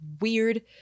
weird